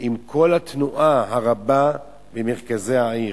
עם כל התנועה הרבה במרכזי העיר?